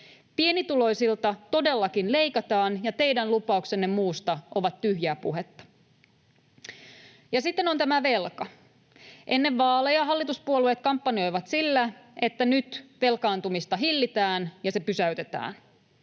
Pienituloisilta todellakin leikataan, ja teidän lupauksenne muusta ovat tyhjää puhetta. Sitten on tämä velka. Ennen vaaleja hallituspuolueet kampanjoivat sillä, että nyt velkaantumista hillitään ja se pysäytetään.